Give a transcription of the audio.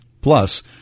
Plus